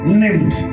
named